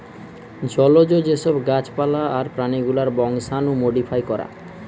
জলজ যে সব গাছ পালা আর প্রাণী গুলার বংশাণু মোডিফাই করা